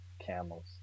Camels